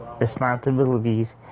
responsibilities